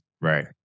Right